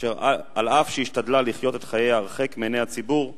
אשר אף שהשתדלה לחיות את חייה הרחק מעיני הציבור,